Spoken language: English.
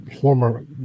former